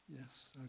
Yes